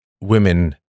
Women